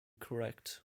correct